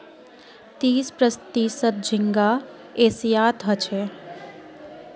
तीस प्रतिशत झींगा एशियात ह छे